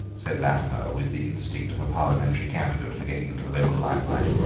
said latimer, with the instinct of a parliamentary candidate for getting into the local limelight.